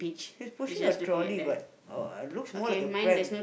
he's pushing a trolley but oh uh looks more like a pram